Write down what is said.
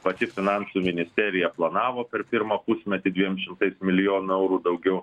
pati finansų ministerija planavo per pirmą pusmetį dviem šimtais milijonų eurų daugiau